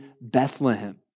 Bethlehem